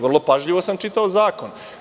Vrlo pažljivo sam čitao zakon.